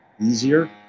easier